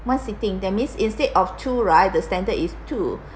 one seating that means instead of two right the standard is two